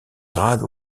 grade